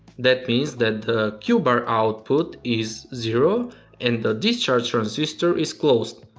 that means that q-bar output is zero and the discharge transistor is closed.